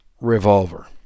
revolver